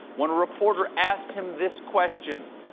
when a reporter asked him this question